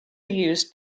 used